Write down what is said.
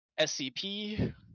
SCP